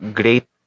great